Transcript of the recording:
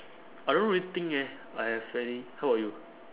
I don't really think eh I have any how about you